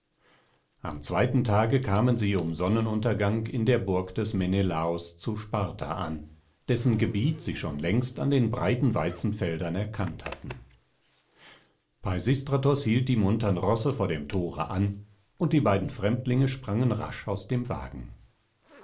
am zweiten tage kamen sie um sonnenuntergang in der burg des menelaos zu sparta an dessen gebiet sie schon längst an den breiten weizenfeldern erkannt hatten peisistratos hielt die muntern rosse vor dem thore an und die beiden fremdlinge sprangen rasch aus dem wagen